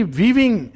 weaving